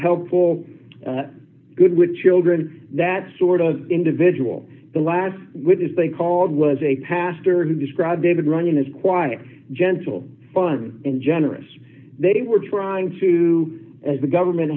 helpful good with children that sort of individual the last witness they called was a pastor who described david running as quiet gentle fun and generous they were trying to as the government